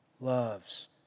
loves